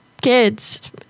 kids